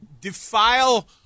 defile